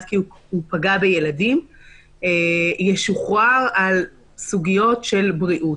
כי הוא פגע בילדים ישוחרר על סוגיות של בריאות.